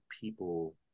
people